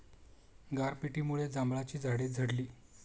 गारपिटीमुळे जांभळाची झाडे झडली